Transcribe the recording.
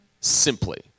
simply